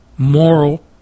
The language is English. moral